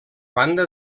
banda